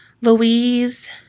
Louise